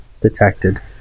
detected